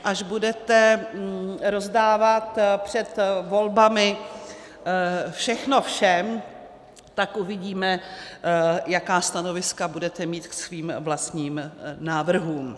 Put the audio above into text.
Až budete rozdávat před volbami všechno všem, tak uvidíme, jaká stanoviska budete mít k svým vlastním návrhům.